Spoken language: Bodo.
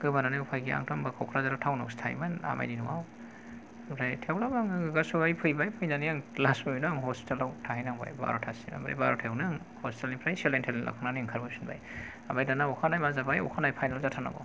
गोबानानै उफाय गैया आंथ' होनबा क'क्राझाराव टाउन आवसो थायोमोन आमायनि न'आव ओमफ्राय थेवब्लाबो आङो खुगा सुबाय फैबाय फैनानै आङो लास्ट मुमेन्ट आव आङो हस्पिटाल आव थाहैनांबाय बार'थासिम ओमफ्राय बार'थायावनो आङो हस्पिटाल निफ्राय सेलाइन थेलाइन लाखांनानै ओंखारबोफिनबाय ओमफ्राय दाना अखानायै मा जाबाय अखानायै फाइनेल जाथारनांगौ